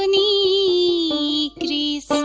ah e